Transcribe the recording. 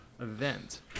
event